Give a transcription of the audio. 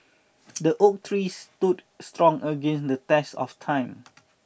the oak tree stood strong against the test of time